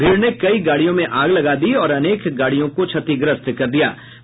भीड़ ने कई गाड़ियों में आग लगा दी और अनेक गाड़ियों को क्षतिग्रस्त कर दिये